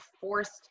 forced